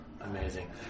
Amazing